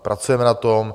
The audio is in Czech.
Pracujeme na tom.